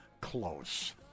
close